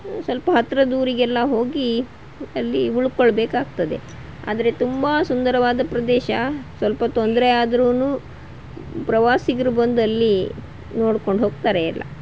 ಸ್ವಲ್ಪ ಹತ್ರದ ಊರಿಗೆಲ್ಲ ಹೋಗಿ ಅಲ್ಲಿ ಉಳ್ಕೊಳ್ಳಬೇಕಾಗ್ತದೆ ಆದರೆ ತುಂಬ ಸುಂದರವಾದ ಪ್ರದೇಶ ಸ್ವಲ್ಪ ತೊಂದರೆ ಆದ್ರೂ ಪ್ರವಾಸಿಗರು ಬಂದು ಅಲ್ಲಿ ನೋಡ್ಕೊಂಡು ಹೋಗ್ತಾರೆ ಎಲ್ಲ